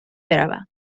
بروم